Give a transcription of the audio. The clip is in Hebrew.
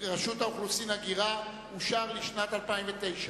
לשנת 2009,